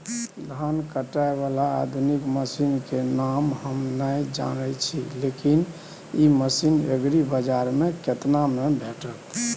धान काटय बाला आधुनिक मसीन के नाम हम नय जानय छी, लेकिन इ मसीन एग्रीबाजार में केतना में भेटत?